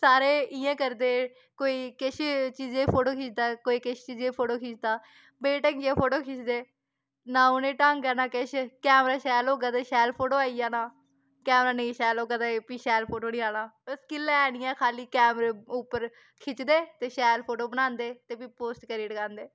सारे इ'यै करदे कोई किश चीजै दी फोटो खिचदा कोई किश चीजै दी फोटो खिच्चदा बे ढंगियां फोटो खिचदे नां उ'नेंगी ढंग ऐ नां किश कैमरा शैल होगा ते शैल फोटो आई जाना कैमरा नेईं शैल होगा ते फ्ही शैल फोटो नेईं आना स्किल ऐ नी ऐ खाल्ली कैमरे उप्पर खिच्चदे ते फ्ही शैल फोटो बनांदे ते फ्ही पोस्ट करी टकांदे